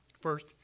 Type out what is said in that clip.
First